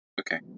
Okay